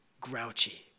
grouchy